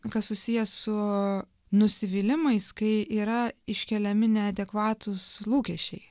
kas susiję su nusivylimais kai yra iškeliami neadekvatūs lūkesčiai